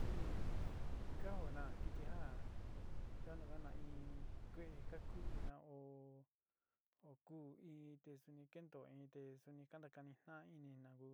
Suni ka óo na kɨtɨ ja chanugana in kue'e ka ku'u na óo ó kuú in te suni kentó in te suni ka ntakani ja'án ini na ku